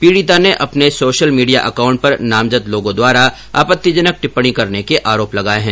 पीड़िता ने अपने सोशल मीडिया अकाउंट पर नामजद लोगों द्वारा आपत्तिजनक टिप्पणी करने के आरोप लगाए है